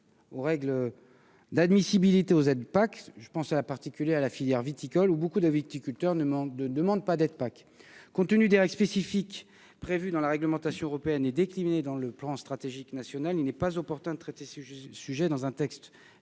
aux règles d'admissibilité des aides de la PAC. Je pense en particulier à la filière viticole, où de nombreux viticulteurs ne demandent pas ces aides. Compte tenu des règles spécifiques prévues dans la réglementation européenne et déclinées dans le plan stratégique national, il n'est pas opportun de traiter ce sujet dans un texte